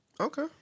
Okay